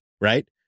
right